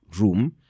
room